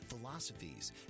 philosophies